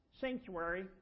sanctuary